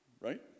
right